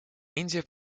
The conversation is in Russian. индия